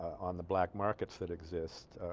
on the black markets that exist